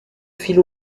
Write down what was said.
fil